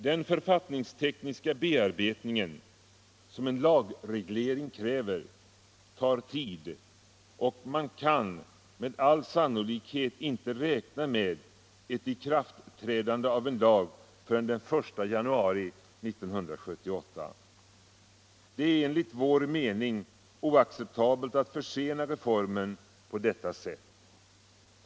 Den författningstekniska bearbetning som en lagreglering kräver tar tid, och man kan med all sannolikhet inte räkna med ett ikraftträdande av en lag förrän den 1 januari 1978. Det är enligt vår mening oacceptabelt att försena reformen på detta sätt.